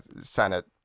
senate